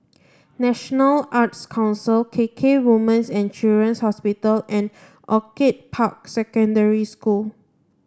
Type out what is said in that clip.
National Arts Council K K Woman's and Children's Hospital and Orchid Park Secondary School